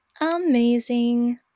Amazing